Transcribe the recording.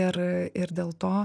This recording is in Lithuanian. ir ir dėl to